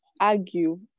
argue